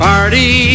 Party